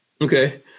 Okay